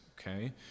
okay